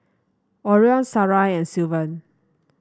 Orion Sarai and Sylvan